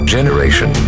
Generation